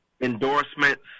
endorsements